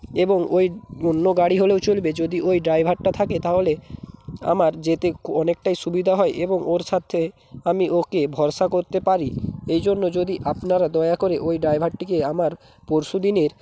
এবং ওই অন্য গাড়ি হলেও চলবে যদি ওই ড্রাইভারটা থাকে তাহলে আমার যেতে ক অনেকটাই সুবিধা হয় এবং ওর সাথে আমি ওকে ভরসা করতে পারি এই জন্য যদি আপনারা দয়া করে ওই ড্রাইভারটিকে আমার পরশুদিনের